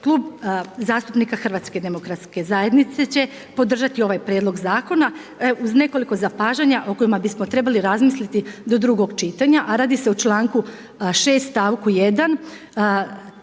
Klub zastupnika Hrvatske demokratske zajednice će podržati ovaj Prijedlog zakona uz nekoliko zapažanja o kojima bi smo trebali razmisliti do drugog čitanja, a radi se o članku 6. stavku 1.,